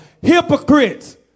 hypocrites